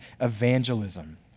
evangelism